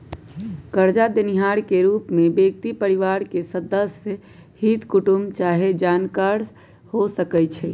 करजा देनिहार के रूप में व्यक्ति परिवार के सदस्य, हित कुटूम चाहे जानकार हो सकइ छइ